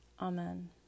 Amen